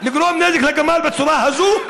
לגרום נזק לגמל בצורה הזאת?